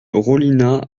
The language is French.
rollinat